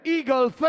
Eagle